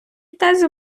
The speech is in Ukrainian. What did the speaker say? тези